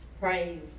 praise